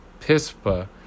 Pispa